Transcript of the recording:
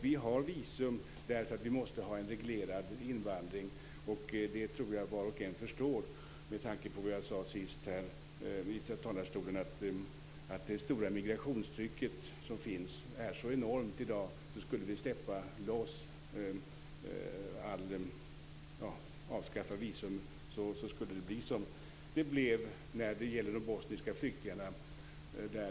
Vi har visumtvång därför att vi måste ha en reglerad invandring. Som jag tidigare sagt från denna talarstol tror jag att var och en förstår att migrationstrycket i dag är så enormt att om vi skulle avskaffa visumtvånget, skulle det bli så som det blev beträffande de bosniska flyktingarna.